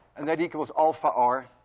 and that equals alpha r,